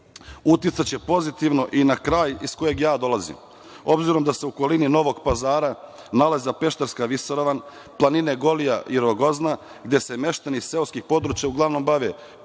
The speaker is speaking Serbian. uticaće pozitivno i na kraj iz kojeg ja dolazim. Obzirom da se u okolini Novog Pazara nalazi Pešterska visoravan, planine Golija i Rogozna, gde se meštani seoskih područja uglavnom bave